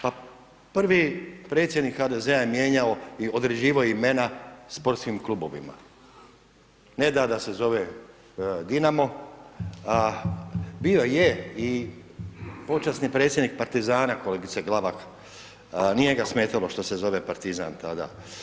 Pa prvi predsjednik HDZ-a je mijenjao i određivao imena sportskim klubovima, ne da da se zove Dinamo, a bio je počasni predsjednik Partizana, kolega Glavak, nije ga smetalo što se zove Partizan tada.